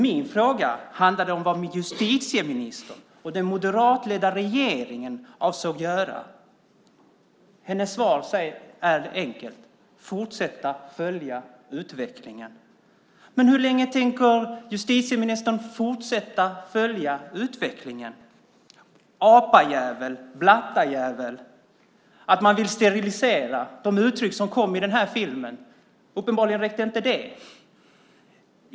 Min fråga handlade om vad justitieministern och den moderatledda regeringen avsåg att göra. Justitieministerns svar är enkelt: Jag ska fortsätta följa utvecklingen. Hur länge tänker justitieministern fortsätta att följa utvecklingen? Apajävel, blattajävel, att man vill sterilisera - de uttryck som förekom i den här filmen räckte uppenbarligen inte.